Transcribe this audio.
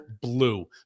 blue